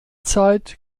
zeit